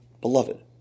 beloved